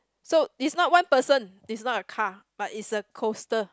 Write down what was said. so is not one person is not a car but is a coaster